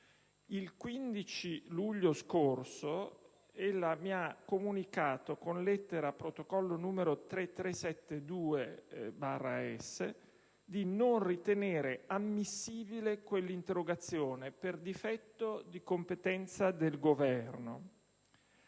del Senato mi ha comunicato, con lettera protocollo n. 3372/S, di non ritenere ammissibile quella interrogazione per difetto di competenza del Governo.